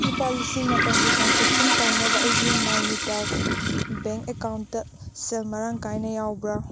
ꯂꯨꯄꯥ ꯂꯤꯁꯤꯡ ꯃꯥꯄꯜꯒꯤ ꯇ꯭ꯔꯥꯟꯁꯦꯛꯁꯟ ꯇꯧꯅꯕ ꯑꯩꯒꯤ ꯅꯥꯏꯅꯤꯇꯦꯜ ꯕꯦꯡ ꯑꯦꯀꯥꯎꯟꯗ ꯁꯦꯜ ꯃꯔꯥꯡ ꯀꯥꯏꯅ ꯌꯥꯎꯕ꯭ꯔꯥ